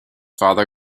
father